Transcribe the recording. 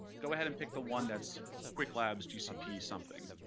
go ahead and pick the one that's qwiklabs gcp something.